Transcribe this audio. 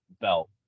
belt